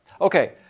Okay